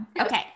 Okay